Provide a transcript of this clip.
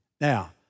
Now